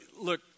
Look